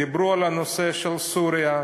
דיברו על הנושא של סוריה,